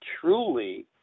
truly